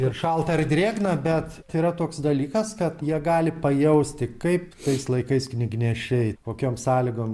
ir šalta ar drėgna bet tai yra toks dalykas kad jie gali pajausti kaip tais laikais knygnešiai kokiom sąlygom